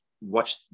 watch